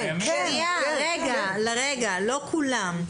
לא כולם.